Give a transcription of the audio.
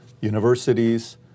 universities